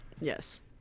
Yes